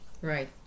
right